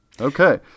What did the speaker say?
Okay